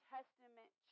Testament